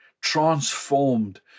transformed